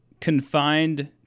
confined